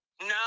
No